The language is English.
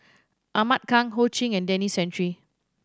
Ahmad Khan Ho Ching and Denis Santry